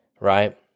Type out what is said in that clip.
right